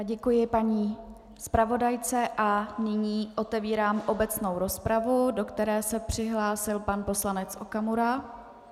Děkuji paní zpravodajce a nyní otevírám obecnou rozpravu, do které se přihlásil pan poslanec Okamura.